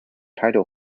title